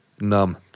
Numb